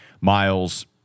Miles